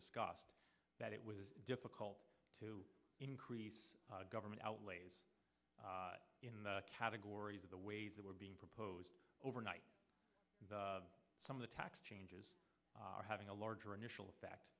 discussed that it was difficult to increase government outlays in the categories of the ways that were being proposed overnight and some of the tax changes are having a larger initial